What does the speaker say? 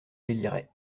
délirait